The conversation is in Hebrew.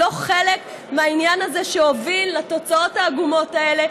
הוא לא חלק מהעניין הזה שהוביל לתוצאות העגומות האלה,